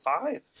five